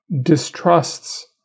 distrusts